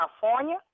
California